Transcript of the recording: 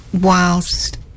whilst